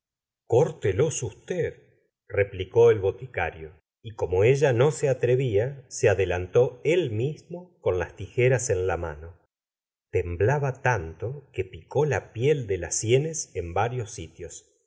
emma córtelos usted replicó el boticario y como ella no se atrevía se adelantó él mismo con las tijeras en la mano temblaba tanto que picó la piel de las sienes en varios sitios